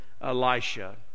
Elisha